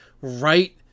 right